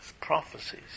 prophecies